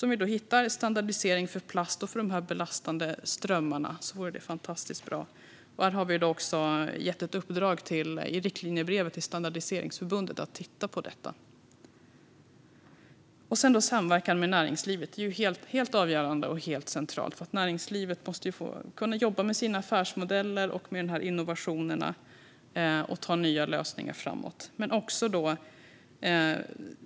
Om vi kan hitta en standardisering för plast för de belastande strömmarna vore det fantastiskt bra. Vi har gett Sveriges standardiseringsförbund ett uppdrag i riktlinjebrevet om att titta på det. Samverkan med näringslivet är också avgörande och helt centralt. Näringslivet måste kunna jobba med sina affärsmodeller, med innovationer och ta nya lösningar vidare.